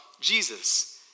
Jesus